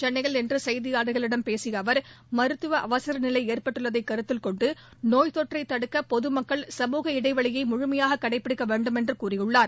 சென்னையில் இன்று செய்தியாளர்களிடம் பேசிய அவர் மருத்துவ அவர நிலை ஏற்பட்டுள்ளதை கருத்தில்கொண்டு நோய்த்தொற்றை தடுக்க பொதுமக்கள் சமூக இடைவெளியை முழுமையாக கடைப்பிடிக்க வேண்டும் என்று கூறியுள்ளார்